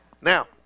Now